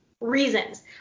reasons